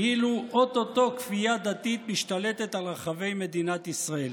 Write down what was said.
כאילו או-טו-טו כפייה דתית משתלטת על רחבי מדינת ישראל: